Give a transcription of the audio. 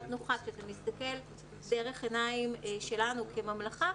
נוחה כי אתה מסתכל דרך עיניים שלנו כממלכה,